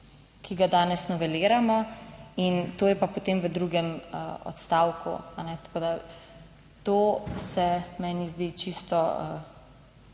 ki ga danes noveliramo, in to je pa potem v drugem odstavku, a ne. Tako, da to se meni zdi čisto